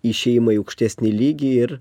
išėjimą į aukštesnį lygį ir